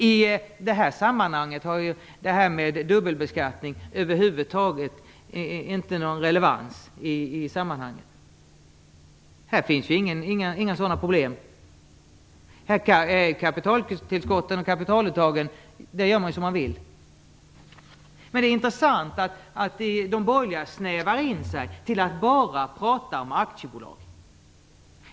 I detta sammanhang har detta med dubbelbeskattningen ingen relevans. Här finns inga sådana problem. Kapitaltillskotten och kapitaluttagen görs här som man vill. Men det är intressant att de borgerliga snävar in sig till att bara prata om aktiebolag.